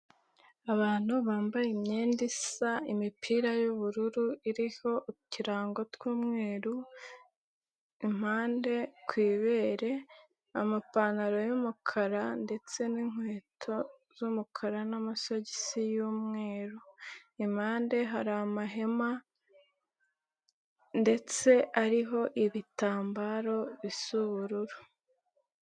Abantu bambaye imyenda isa, imipira y'ubururu iriho uturango tw'umweru impande ku ibere, amapantaro y'umukara ndetse n'inkweto z'umukara n'amasogisi y'umweru, impande hari amahema ndetse ariho ibitambaro bisa ubururu.